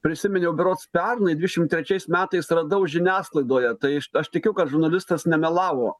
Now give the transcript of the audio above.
prisiminiau berods pernai dvidešimt trečiais metais radau žiniasklaidoje tai aš tikiu kad žurnalistas nemelavo